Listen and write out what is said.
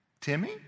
Timmy